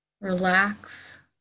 relax